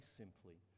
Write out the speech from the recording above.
simply